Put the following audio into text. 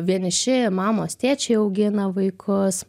vieniši mamos tėčiai augina vaikus